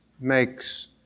makes